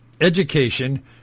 education